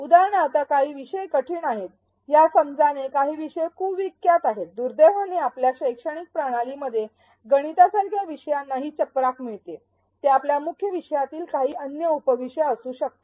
उदाहरणार्थ काही विषय कठीण आहेत या समजाने काही विषय कुविख्यात आहेत दुर्दैवाने आपल्या शैक्षणिक प्रणालीमध्ये गणितासारख्या विषयांना ही चपराक मिळते ते आपल्या मुख्य विषयातील काही अन्य उपविषय असू शकतात